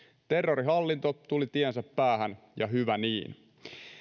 terrorihallinto tuli tiensä päähän ja hyvä niin